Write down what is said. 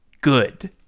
good